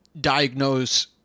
diagnose